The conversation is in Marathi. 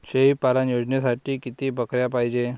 शेळी पालन योजनेसाठी किती बकऱ्या पायजे?